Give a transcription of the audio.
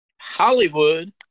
Hollywood